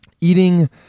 eating